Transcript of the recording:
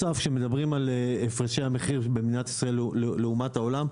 כשמדברים על הפרשי המחיר במדינת ישראל לעומת העולם,